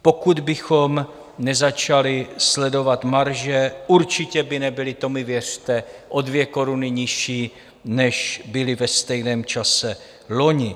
Pokud bychom nezačali sledovat marže, určitě by nebyly to mi věřte o 2 koruny nižší, než byly ve stejném čase loni.